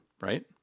right